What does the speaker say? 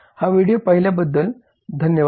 हा व्हिडिओ पाहिल्याबद्दल धन्यवाद